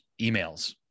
emails